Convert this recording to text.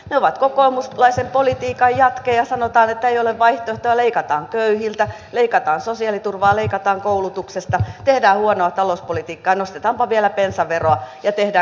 he ovat kokoomuslaisen politiikan jatke ja sanotaan että ei ole vaihtoehtoja leikataan köyhiltä leikataan sosiaaliturvaa leikataan koulutuksesta tehdään huonoa talouspolitiikkaa nostetaanpa vielä bensaveroa ja tehdään kreikan tukipaketteja